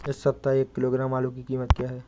इस सप्ताह एक किलो आलू की कीमत क्या है?